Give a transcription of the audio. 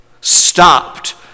stopped